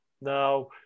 Now